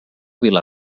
vila